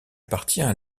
appartient